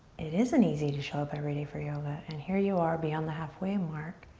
it isn't easy to show up everyday for yoga. and here you are beyond the halfway mark.